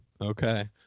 Okay